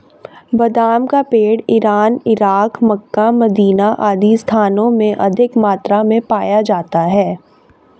बादाम का पेड़ इरान, इराक, मक्का, मदीना आदि स्थानों में अधिक मात्रा में पाया जाता है